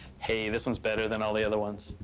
hey, this one's better than all the other ones.